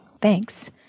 Thanks